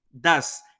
thus